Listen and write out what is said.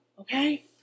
Okay